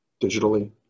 digitally